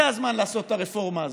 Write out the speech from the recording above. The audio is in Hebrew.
זה הזמן לעשות את הרפורמה הזאת.